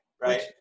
right